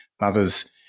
mothers